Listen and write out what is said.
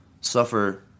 suffer